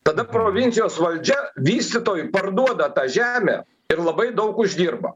tada provincijos valdžia vystytojui parduoda tą žemę ir labai daug uždirba